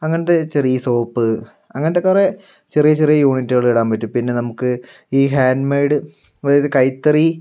അങ്ങനെത്തെ ചെറിയ സോപ്പ് അങ്ങനെത്തെ കുറേ ചെറിയ ചെറിയ യൂണിറ്റുകൾ ഇടാൻ പറ്റും പിന്നെ നമുക്ക് ഈ ഹാൻഡ് മെയ്ഡ് അതായത് കൈത്തറി